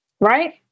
right